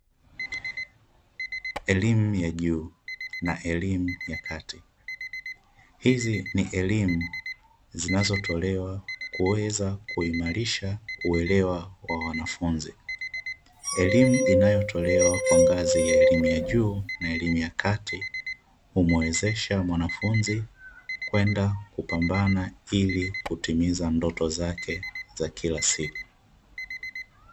Elimu ya juu na elimu ya kati. Hizi ni elimu zinazotolewa kuweza kuimarisha uelewa wa wanafunzi. Elimu inayotolewa kwa ngazi ya elimu ya juu na elimu ya kati humuwezesha mwanafunzi kwenda kupambana ili kutimiza ndoto zake za kila siku.